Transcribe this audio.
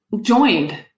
joined